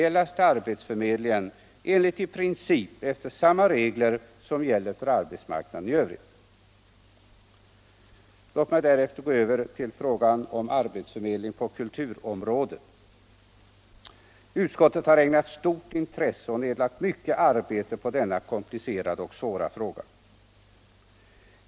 Låt mig därefter gå över till frågan om arbetsförmedling på kulturområdet. Utskottet har ägnat stort intresse och nedlagt mycket arbete på denna komplicerade och svåra fråga.